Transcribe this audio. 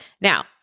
Now